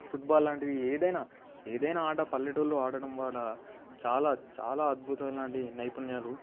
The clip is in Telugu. ఫుట్బాల్ లాంటిది ఏదైనా ఏదైనా ఆట పల్లెటూల్లో ఆడడం వాడ చాలా చాలా అద్భుతం లాంటి నైపుణ్యాలు